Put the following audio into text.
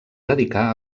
dedicà